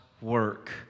work